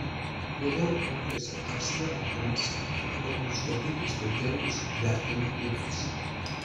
vėliau ūkiuose apsilanko komisija ir pagal nustatytus kriterijus vertina ūkius